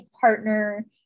partner